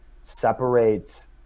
separates